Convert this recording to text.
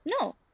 No